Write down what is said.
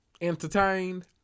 entertained